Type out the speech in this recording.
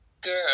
girl